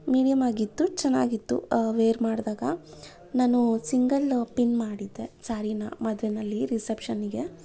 ಮೀಡಿಯಮಾಗಿತ್ತು ಚೆನ್ನಾಗಿತ್ತು ವೇರ್ ಮಾಡಿದಾಗ ನಾನು ಸಿಂಗಲ್ ಪಿನ್ ಮಾಡಿದ್ದೆ ಸ್ಯಾರಿನ ಮದುವೆಯಲ್ಲಿ ರಿಸೆಪ್ಷನ್ಗೆ